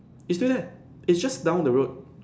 is still there it's just down the road